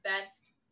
best